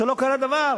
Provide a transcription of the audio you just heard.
שלא קרה דבר.